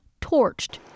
torched